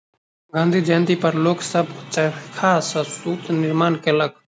गाँधी जयंती पर लोक सभ चरखा सॅ सूत निर्माण केलक